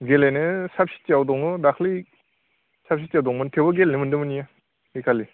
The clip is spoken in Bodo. गेलेनो साबसिटिआव दङ दाख्लि साबसिटिआव दंमोन थेवबो गेलेनो मोनदोंमोन इयो ऐखालि